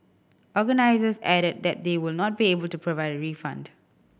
organisers added that they would not be able to provide a refund